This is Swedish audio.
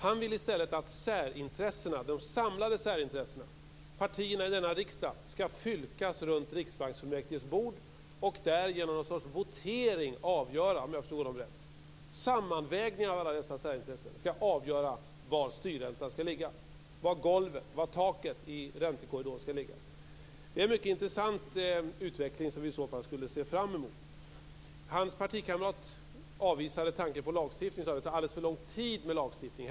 Han vill i stället att de samlade särintressena, partierna i denna riksdag, skall fylkas runt riksbanksfullmäktiges bord, och där skall - om jag förstod Lars Bäckström rätt - genom någon sorts votering sammanvägningen av alla dessa särintressen avgöra var styrräntan skall ligga, dvs. var golvet och taket i räntekorridoren skall ligga. Det är en mycket intressant utveckling som vi i så fall skulle se fram emot. Lars Bäckströms partikamrat avvisade tanken på lagstiftning och sade att det tar alldeles för lång tid med lagstiftning.